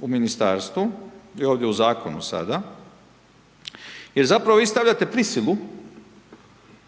u ministarstvu i ovdje u zakonu sada jer zapravo vi stavljate prisilu.